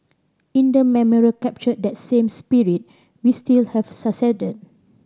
in the memorial captured that same spirit we still have succeeded